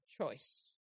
choice